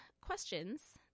questions